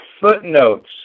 footnotes